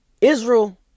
Israel